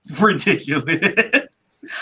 Ridiculous